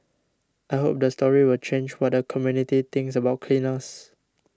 I hope the story will change what the community thinks about cleaners